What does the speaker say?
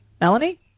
Melanie